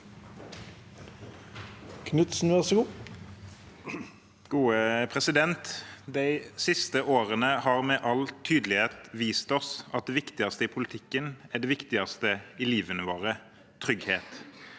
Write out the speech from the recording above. (A) De siste årene har med all tydelighet vist oss at det viktigste i politikken er det viktigste i livet vårt: trygghet